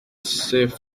safa